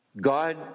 God